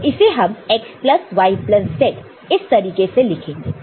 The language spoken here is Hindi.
तो इसे हम x plus y plus z इस तरीके से लिखेंगे